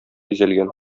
бизәлгән